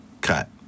cut